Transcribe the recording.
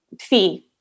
fee